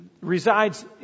resides